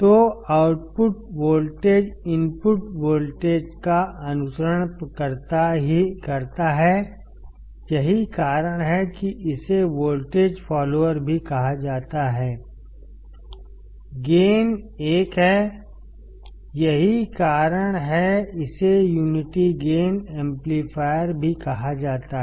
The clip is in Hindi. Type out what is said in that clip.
तो आउटपुट वोल्टेज इनपुट वोल्टेज का अनुसरण करता है यही कारण है कि इसे वोल्टेज फॉलोअर भी कहा जाता है गेन 1 है यही कारण है कि इसे यूनिटी गेन एम्पलीफायर भी कहा जाता है